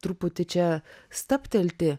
truputį čia stabtelti